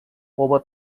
over